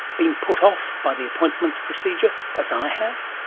been put off by the appointments procedure, as i have?